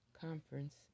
Conference